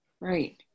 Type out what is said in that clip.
Right